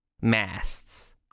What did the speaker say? masts